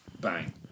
bang